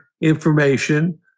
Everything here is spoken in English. information